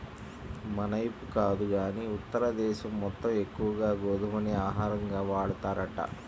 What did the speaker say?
మనైపు కాదు గానీ ఉత్తర దేశం మొత్తం ఎక్కువగా గోధుమనే ఆహారంగా వాడతారంట